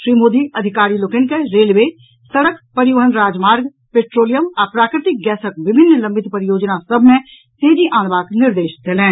श्री मोदी अधिकारी लोकनि के रेलवे सड़क परिवहन राजमार्ग पेट्रोलियम आ प्राकृतिक गैसक विभिन्न लंबित परियोजना सभ मे तेजी आनबाक निर्देश देलनि